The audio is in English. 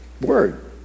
word